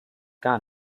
gar